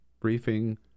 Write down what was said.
briefing